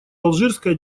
алжирская